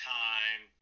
time